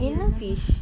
angelfish